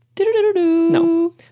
No